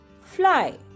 fly